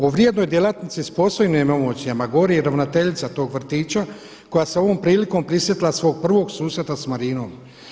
O vrijednoj djelatnici s posebnim emocijama govori i ravnateljica tog vrtića koja se ovom prilikom prisjetila svog prvog susreta s Marinom.